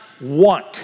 want